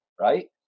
right